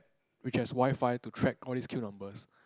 which has Wi-Fi to track all these queue numbers